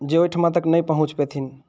जे ओहिठमा तक नहि पहुँच पयथिन